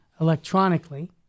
electronically